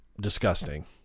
disgusting